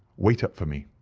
wait up for me.